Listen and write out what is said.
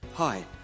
Hi